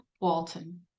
Walton